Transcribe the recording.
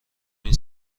این